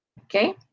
Okay